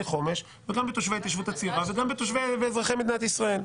חומש וגם בתושבי התיישבות צעירה וגם בתושבי ואזרחי מדינת ישראל.